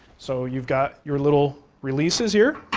so, you've got your little releases here,